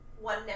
One